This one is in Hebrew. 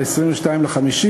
22 במאי,